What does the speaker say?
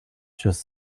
just